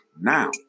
now